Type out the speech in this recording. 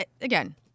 again